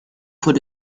fois